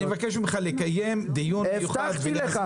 אני מבקש ממך לקיים דיון מיוחד -- הבטחתי לך.